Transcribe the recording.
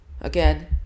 again